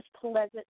pleasant